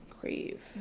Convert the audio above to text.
crave